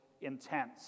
intense